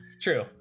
True